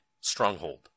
stronghold